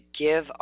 give